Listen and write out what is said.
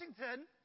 Washington